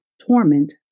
torment